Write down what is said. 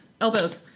Elbows